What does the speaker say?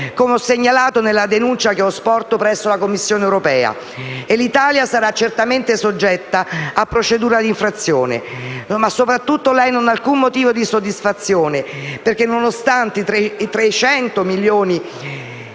come ho segnalato nella denuncia che ho sporto presso la Commissione europea, e l'Italia sarà certamente soggetta a procedura di infrazione. Soprattutto, lei non ha alcun motivo di soddisfazione perché, nonostante i 300 milioni buttati